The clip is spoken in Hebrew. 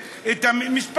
אחזיר.